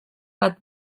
bat